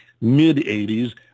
mid-80s